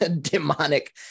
demonic